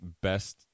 best